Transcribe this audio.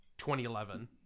2011